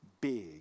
big